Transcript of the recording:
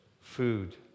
food